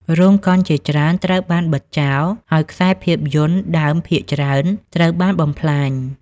រោងកុនជាច្រើនត្រូវបានបិទចោល ហើយខ្សែភាពយន្តដើមភាគច្រើនត្រូវបានបំផ្លាញ។